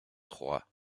trois